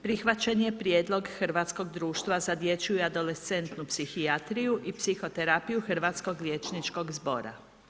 Prihvaćen je prijedlog Hrvatskog društva za dječju i adolescentnu psihijatriju i psihoterapiju Hrvatskog liječničkog zbora.